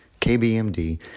kbmd